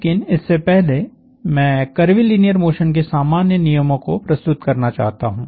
लेकिन इससे पहले मैं कर्वीलीनियर मोशन के सामान्य नियमों को प्रस्तुत करना चाहता हूं